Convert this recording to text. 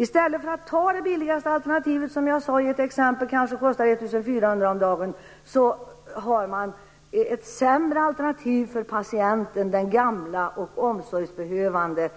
I stället för att ta det billigaste alternativet, som jag sade i ett exempel, som kanske kostar 1 400 kr om dagen har de ett sämre alternativ för patienten, den gamla och omsorgsbehövande,